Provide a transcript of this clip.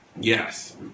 Yes